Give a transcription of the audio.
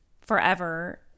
forever